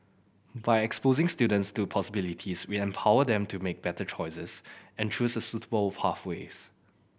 by exposing students to possibilities we empower them to make better choices and choose suitable pathways